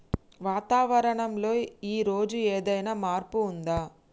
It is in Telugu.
వాతావరణం లో ఈ రోజు ఏదైనా మార్పు ఉందా?